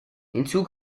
hinzu